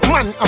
Man